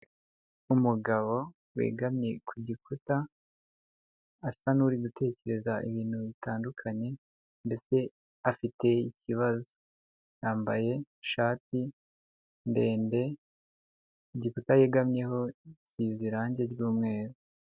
Umugabo wegamye ku gikuta, asa n'uri gutekereza ibintu bitandukanye ndetse afite ikibazo, yambaye ishati ndende, igikuta yegamyeho gisize irangi ry'umweru.